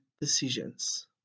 decisions